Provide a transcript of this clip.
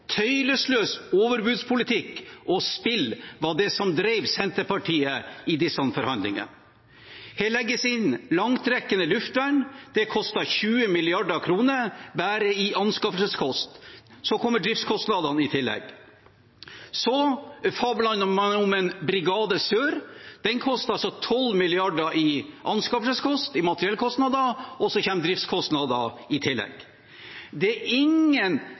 Tøylesløs overbudspolitikk og spill var det som drev Senterpartiet i disse forhandlingene. Her legges det inn langtrekkende luftvern, som koster 20 mrd. kr bare i anskaffelseskostnader. Driftskostnadene kommer i tillegg. Så fabler man om en Brigade Sør. Den koster altså 12 mrd. kr i anskaffelseskostnader og materiellkostnader, og så kommer driftskostnader i tillegg. Det er ingen